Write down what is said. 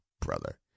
brother